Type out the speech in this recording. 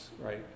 right